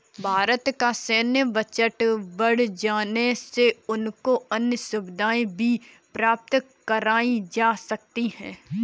भारत का सैन्य बजट बढ़ जाने से उनको अन्य सुविधाएं भी प्राप्त कराई जा सकती हैं